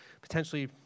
potentially